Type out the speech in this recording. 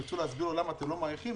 כשתרצו להסביר לו למה אתם לא מאריכים,